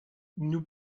nous